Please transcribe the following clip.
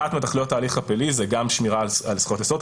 אחת מתכליות ההליך הפלילי היא גם שמירה על זכויות יסוד.